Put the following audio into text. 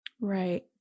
right